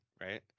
Right